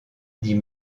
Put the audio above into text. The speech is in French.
dit